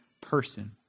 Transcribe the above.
person